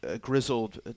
grizzled